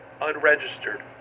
unregistered